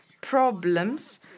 problems